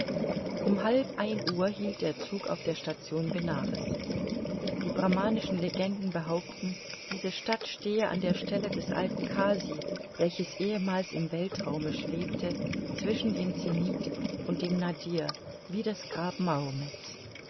um halb ein uhr hielt der zug auf der station benares die brahmanischen legenden behaupten diese stadt stehe an der stelle des alten casi welches ehemals im weltraume schwebte zwischen dem zenith und dem nadir wie das grab